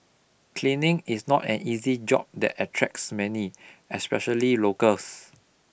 cleaning is not an easy job that attracts many especially locals